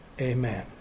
Amen